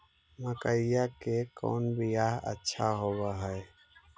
मकईया के कौन बियाह अच्छा होव है?